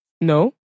No